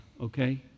okay